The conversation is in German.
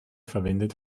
verwendet